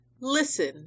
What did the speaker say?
Listen